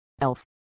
Else